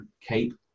cape